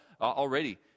already